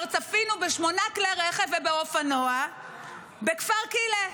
צפינו בשמונה כלי רכב ובאופנוע בכפר כילא,